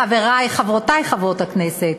חברותי חברות הכנסת,